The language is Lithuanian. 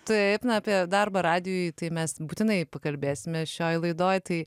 taip na apie darbą radijuj tai mes būtinai pakalbėsime šioj laidoj tai